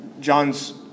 John's